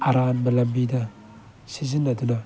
ꯑꯔꯥꯟꯕ ꯂꯝꯕꯤꯗ ꯁꯤꯖꯤꯟꯅꯗꯨꯅ